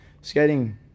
skating